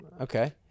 okay